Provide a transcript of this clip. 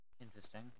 interesting